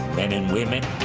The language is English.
men and women,